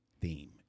theme